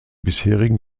bisherigen